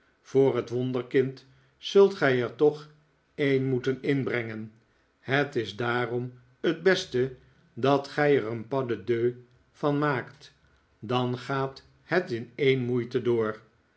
voor het wonderkind zult gij er toch een moeten inbrengen het is daarom t beste dat gij er een pas de deux van maakt dan gaat het in een moeite door